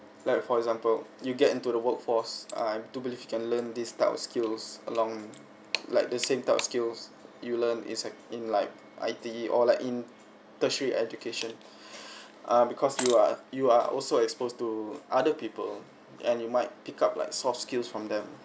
like for example you get into the workforce uh I'm to believe you can learn this type of skills along like the same type of skills you learn is like in like I_T_E or like in tertiary education uh because you are you are also exposed to other people and you might pick up like soft skills from them